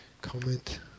comment